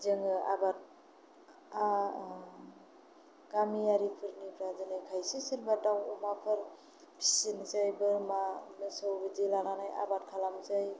जोङो आबादा गामियारिफोरनि खायसे सोरबा दाउ अमाफोर फिसिनोसै बोरमा मोसौ बिदि लानानै आबाद खालामनोसै